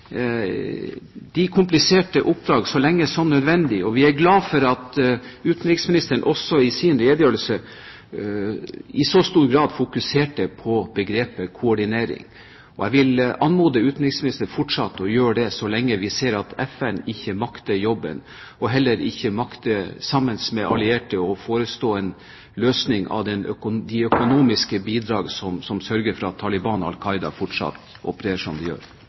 de kompliserte oppdragene så lenge som nødvendig, og vi er glade for at utenriksministeren i sin redegjørelse også i så stor grad fokuserte på begrepet «koordinering». Jeg vil anmode utenriksministeren om fortsatt å gjøre det så lenge vi ser at FN ikke makter jobben og heller ikke sammen med de allierte makter å forestå en løsning av de økonomiske bidrag som sørger for at Taliban og Al Qaida fortsatt opererer som de gjør.